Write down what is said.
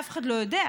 אף אחד לא יודע,